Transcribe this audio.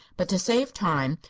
but, to save time,